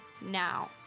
now